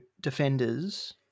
defenders